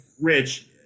rich